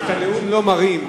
את הנאום לא מראים,